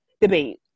debate